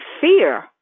fear